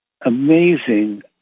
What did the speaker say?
amazing